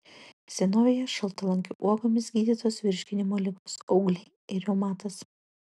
senovėje šaltalankių uogomis gydytos virškinimo ligos augliai ir reumatas